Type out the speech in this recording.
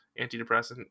antidepressant